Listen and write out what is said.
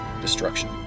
destruction